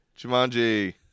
Jumanji